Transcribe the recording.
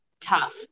tough